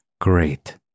Great